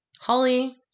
Holly